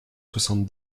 soixante